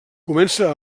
comença